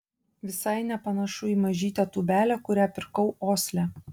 visai nepanašu į mažytę tūbelę kurią pirkau osle